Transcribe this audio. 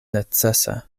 necesa